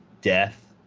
death